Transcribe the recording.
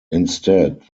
instead